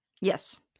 Yes